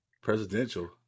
presidential